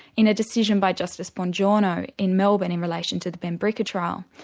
in a decision by justice bongiorno in melbourne, in relation to the benbrika trial,